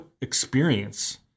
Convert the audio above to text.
experience